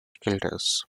childers